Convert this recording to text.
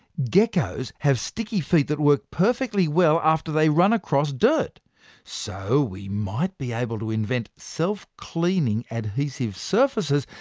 geckos have sticky feet that work perfectly well after they run across dirt so we might be able to invent self-cleaning adhesive surfaces,